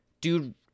Dude